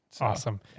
Awesome